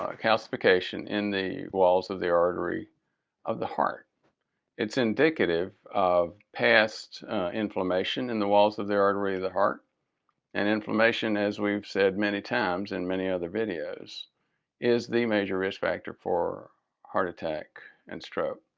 ah calcification in the walls of the artery of the heart it's indicative of past inflammation in the walls of the artery of the heart and inflammation. as we've said many times in many other videos inflammation is the major risk factor for heart attack and stroke.